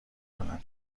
کنم